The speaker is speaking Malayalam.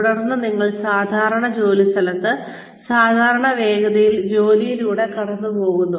തുടർന്ന് നിങ്ങൾ സാധാരണ ജോലിസ്ഥലത്ത് സാധാരണ വേഗതയിൽ ജോലിയിലൂടെ കടന്നുപോകുന്നു